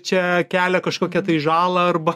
čia kelia kažkokią tai žalą arba